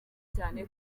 cyane